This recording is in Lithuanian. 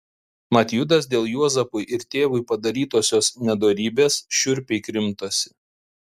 mat judas dėl juozapui ir tėvui padarytosios nedorybės šiurpiai krimtosi